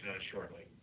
shortly